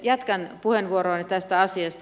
jatkan puheenvuoroani tästä asiasta